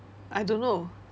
I don't know